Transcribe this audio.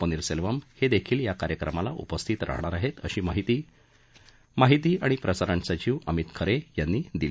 पनीरसेल्वम हे देखील या कार्यक्रमाला उपस्थित राहणार आहेत असं माहिती आणि प्रसारण सचिव अमित खरे यांनी सांगितलं